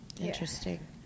Interesting